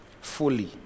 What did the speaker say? fully